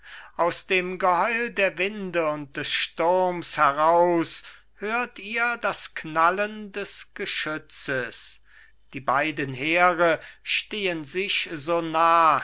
aus dem geheul der winde und des sturms heraus hört ihr das knallen des geschützes die beiden heere stehen sich so nah